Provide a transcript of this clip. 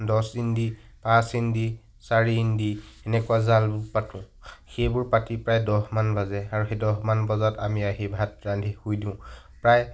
দছ ইঞ্চি পাঁচ ইঞ্চি চাৰি ইঞ্চি এনেকুৱা জাল পাতোঁ সেইবোৰ পাতি প্ৰায় দহমান বাজে আৰু সেই দহমান বজাত আমি আহি ভাত ৰান্ধি শুই দিওঁ প্ৰায়